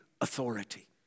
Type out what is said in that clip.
authority